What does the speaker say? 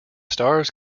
stars